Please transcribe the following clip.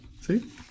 see